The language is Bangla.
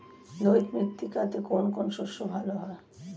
লোহিত মৃত্তিকাতে কোন কোন শস্য ভালো হয়?